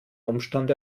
umstand